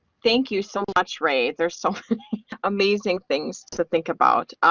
thank you so much ray. there's some amazing things to think about.